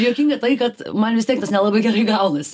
juokinga tai kad man vis tiek tas nelabai gerai gaunasi